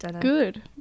Good